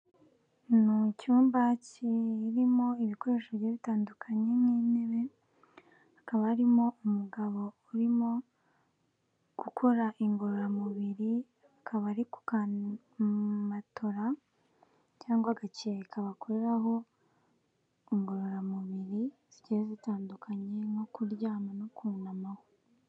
Ni cyumba kirimo ibikoresho bigiye bitandukanye nk'intebe hakaba harimo umugabo urimo gukora ingororamubiri akaba ari ku ka matola cyangwa agacyeka kabakoreraho ingororamubiri zigiye zitandukanye nko kuryama no kunamaho.